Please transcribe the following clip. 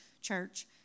church